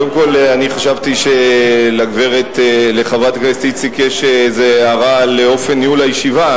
קודם כול חשבתי שלחברת הכנסת איציק יש איזה הערה לאופן ניהול הישיבה.